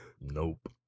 nope